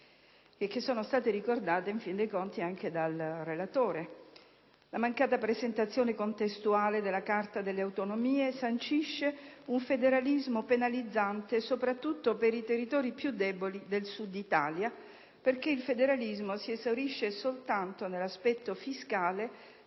dalla Camera, come in fin dei conti ricordato anche dal relatore. La mancata presentazione contestuale della Carta delle autonomie sancisce un federalismo penalizzante, soprattutto per i territori più deboli del Sud d'Italia, perché il federalismo si esaurisce soltanto nell'aspetto fiscale,